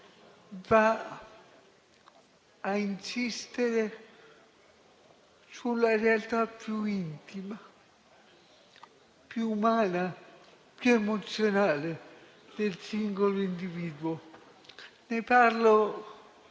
Va a insistere sulla realtà più intima, più umana e più emozionale del singolo individuo. Ne parlo